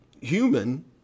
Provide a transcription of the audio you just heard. human